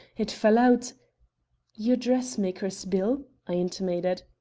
it fell out your dressmaker's bill? i intimated.